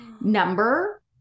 number